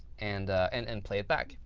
and and and play it back.